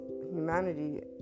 humanity